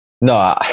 No